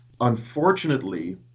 unfortunately